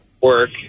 work